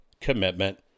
commitment